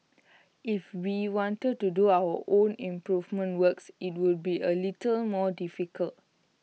if we wanted to do our own improvement works IT would be A little more difficult